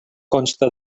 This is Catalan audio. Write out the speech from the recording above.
consta